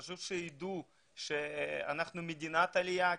חשוב שידעו שאנחנו מדינת עלייה.